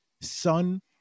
son